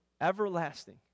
everlasting